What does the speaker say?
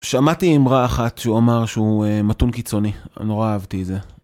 שמעתי אמרה אחת שהוא אמר שהוא מתון קיצוני, אני נורא אהבתי את זה.